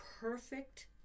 perfect